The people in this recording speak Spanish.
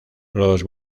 los